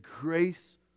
grace